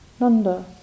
Nanda